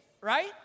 right